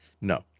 No